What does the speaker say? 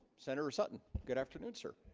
senator sutton good afternoon sir